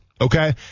Okay